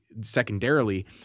secondarily